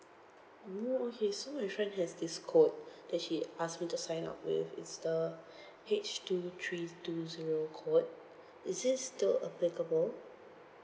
mm okay so my friend has this code that she asked me to sign up with it's the H two three two zero code is this still applicable